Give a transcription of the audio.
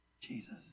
Jesus